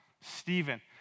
Stephen